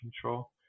control